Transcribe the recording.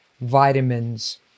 vitamins